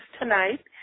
tonight